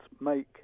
make